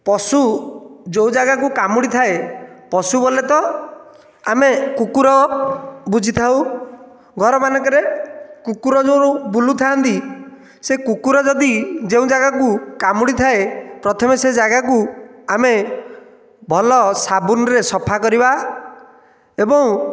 ପଶୁ ଯେଉଁ ଜାଗାକୁ କାମୁଡ଼ିଥାଏ ପଶୁ ବୋଇଲେ ତ ଆମେ କୁକୁର ବୁଝିଥାଉ ଘରମାନଙ୍କରେ କୁକୁର ଯେଉଁ ବୁଲୁଥାନ୍ତି ସେ କୁକୁର ଯଦି ଯେଉଁ ଜାଗାକୁ କାମୁଡ଼ିଥାଏ ପ୍ରଥମେ ସେ ଜାଗାକୁ ଆମେ ଭଲ ସାବୁନ୍ରେ ସଫା କରିବା ଏବଂ